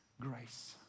grace